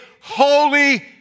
holy